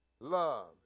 Love